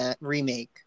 remake